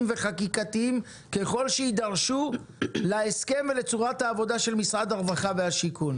וחקיקתיים להסכם ולצורת העבודה של משרד הרווחה והשיכון.